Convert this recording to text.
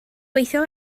gweithio